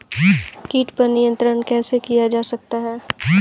कीट पर नियंत्रण कैसे किया जा सकता है?